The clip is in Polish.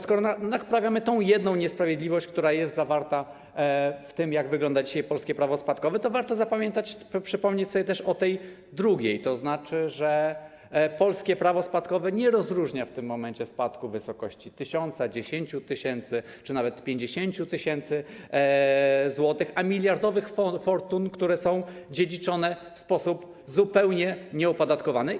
Skoro naprawiamy tę jedną niesprawiedliwość, która jest zawarta w tym, jak wygląda dzisiaj polskie prawo spadkowe, to warto zapamiętać, przypomnieć sobie też o tej drugiej, że polskie prawo spadkowe nie rozróżnia w tym momencie spadków w wysokości 1 tys., 10 tys. czy nawet 50 tys. zł i miliardowych fortun, które są dziedziczone w sposób zupełnie nieopodatkowany.